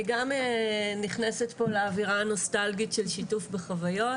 אני גם נכנסת פה לאווירה הנוסטלגית של שיתוף בחוויות.